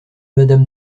madame